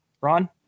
Ron